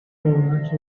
元素